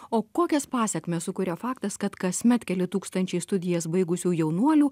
o kokias pasekmes sukuria faktas kad kasmet keli tūkstančiai studijas baigusių jaunuolių